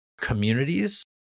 communities